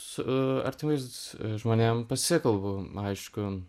su artimais žmonėm pasikalbu aišku